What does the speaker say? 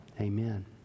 Amen